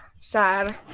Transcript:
sad